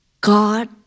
God